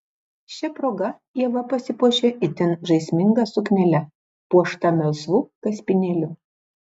šia proga ieva pasipuošė itin žaisminga suknele puošta melsvu kaspinėliu